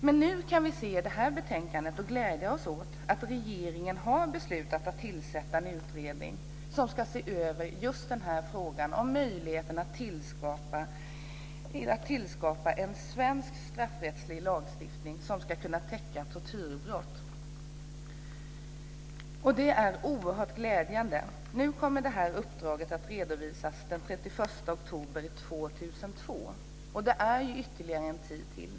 Men nu kan vi glädja oss åt att det i detta betänkande framkommer att regeringen har beslutat att tillsätta en utredning som ska se över just denna fråga om möjligheten att tillskapa en svensk straffrättslig lagstiftning som ska kunna täcka tortyrbrott. Det är oerhört glädjande. Detta uppdrag kommer att redovisas den 31 oktober 2002, vilket innebär att det dröjer ett tag.